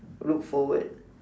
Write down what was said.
look forward